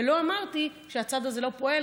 ולא אמרתי שהצד הזה לא פועל,